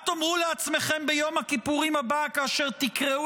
מה תאמרו לעצמכם ביום הכיפורים הבא כאשר תקראו